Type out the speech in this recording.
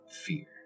fear